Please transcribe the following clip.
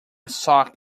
sock